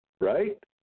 right